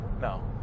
No